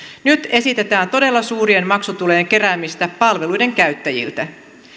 nyt esitetään todella suurien maksutulojen keräämistä palveluiden käyttäjiltä